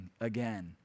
again